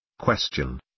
Question